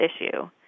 issue